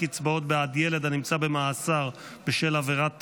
קצבאות בעד ילד הנמצא במאסר בשל עבירת טרור),